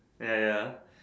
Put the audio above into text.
ya ya